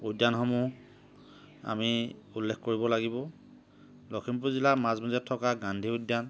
উদ্যানসমূহ আমি উল্লেখ কৰিব লাগিব লখিমপুৰ জিলাৰ মাজ মজিয়াত থকা গান্ধী উদ্যান